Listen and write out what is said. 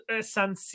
San